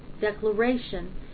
declaration